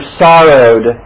sorrowed